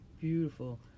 beautiful